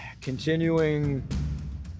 continuing